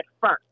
first